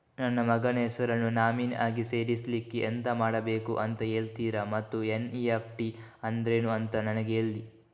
ನನ್ನ ಮಗನ ಹೆಸರನ್ನು ನಾಮಿನಿ ಆಗಿ ಸೇರಿಸ್ಲಿಕ್ಕೆ ಎಂತ ಮಾಡಬೇಕು ಅಂತ ಹೇಳ್ತೀರಾ ಮತ್ತು ಎನ್.ಇ.ಎಫ್.ಟಿ ಅಂದ್ರೇನು ಅಂತ ನನಗೆ ಹೇಳಿ